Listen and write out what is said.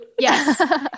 yes